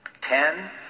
Ten